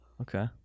Okay